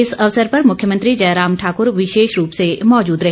इस अवसर पर मुख्यमंत्री जयराम ठाकुर विशेष रूप से मौजूद रहे